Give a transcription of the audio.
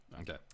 Okay